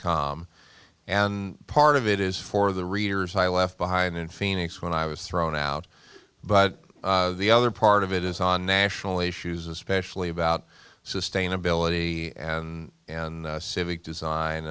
com and part of it is for the readers i left behind in phoenix when i was thrown out but the other part of it is on national issues especially about sustainability and civic design